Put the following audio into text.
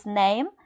name